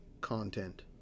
content